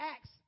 Acts